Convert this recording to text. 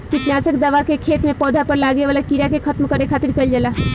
किट नासक दवा के खेत में पौधा पर लागे वाला कीड़ा के खत्म करे खातिर कईल जाला